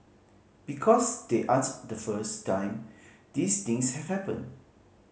because they aren't the first time these things have happened